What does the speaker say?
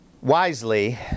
Wisely